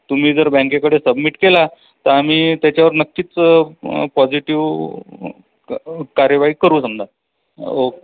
तुम्ही जर बँकेकडे सबमिट केला त आम्ही त्याच्यावर नक्कीच पॉझिटिव्ह कार्यवाही करू समजा ओके